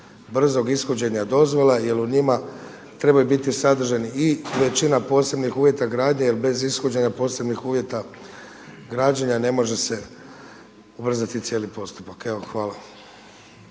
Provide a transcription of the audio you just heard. brzog ishođenja dozvole jel u njima trebaju biti sadrženi i većina posebnih uvjeta gradnje jel bez ishođenja posebnih uvjeta građenja ne može se ubrzati cijeli postupak. Hvala.